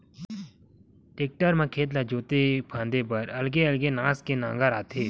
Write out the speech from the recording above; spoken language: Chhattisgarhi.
टेक्टर म खेत ला जोते फांदे बर अलगे अलगे नास के नांगर आथे